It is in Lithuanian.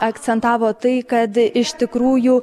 akcentavo tai kad iš tikrųjų